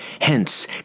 Hence